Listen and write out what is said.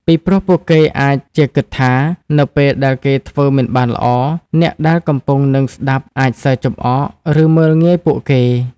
ពីព្រោះពួកគេអាចជាគិតថា នៅពេលដែលគេធ្វើមិនបានល្អអ្នកដែលកំពុងនឹងស្តាប់អាចសើចចំអក ឬមើលងាយពួកគេ។